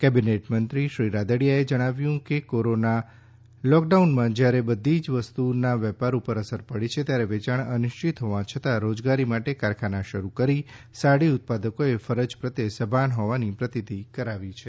cabinet મંત્રી જયેશ રાદડીયા એ જણાવ્યું છે કોરોના લોક ડાઉન માં જ્યારે બધી વસ્તુ ના વેપાર ઉપર અસર પડી છે ત્યારે વેચાણ અનિશ્ચિત હોવા છતાં રોજગારી માટે કારખાના શરૂ કરી સાડી ઉત્પાદકોએ ફરજ પ્રત્યે સભાન હોવાની પ્રતીતિ કરાવી છે